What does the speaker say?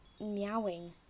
meowing